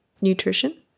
nutrition